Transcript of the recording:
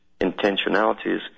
intentionalities